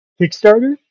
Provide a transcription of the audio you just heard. Kickstarter